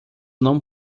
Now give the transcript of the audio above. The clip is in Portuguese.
não